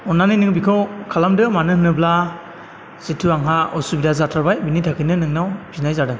अन्नानै नों बेखौ खालामदो मानो होनोब्ला जिथु आंहा असुबिदा जाथारबाय बेनि थाखायनो नोंनाव बिनाय जादों